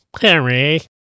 Henry